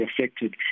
affected